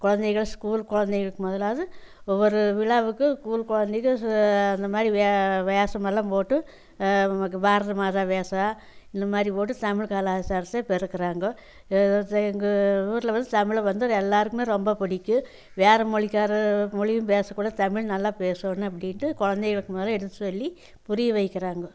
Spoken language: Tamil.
கொழந்தைகள ஸ்கூல் கொழந்தைகளுக்கு முதலாது ஒவ்வொரு விழாவுக்கும் ஸ்கூல் கொழந்தைக அந்தமாதிரி வேஷமெல்லாம் போட்டு அவர்களுக்கு பாரதமாதா வேஷம் இந்தமாதிரி போட்டு தமிழ் கலாச்சாரத்தை பெருக்கறாங்கோ எங்கள் வீட்ல வந்து தமிழை வந்து எல்லாருக்குமே ரொம்ப பிடிக்கும் வேறு மொழிக்கார மொழியும் பேசறக்குள்ள தமிழ் நல்லா பேசணும் அப்படின்ட்டு கொழந்தைகளுக்கு முதல்ல எடுத்து சொல்லி புரிய வைக்கிறாங்கோ